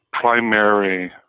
primary